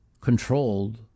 controlled